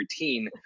routine